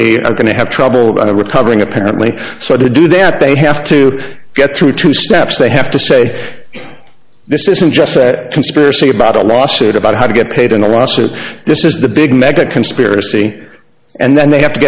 they are going to have trouble about a recovering apparently so to do that they have to get through two steps they have to say this isn't just set conspiracy about a lawsuit about how to get paid in a lawsuit this is the big mega conspiracy and then they have to